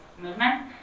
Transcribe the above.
movement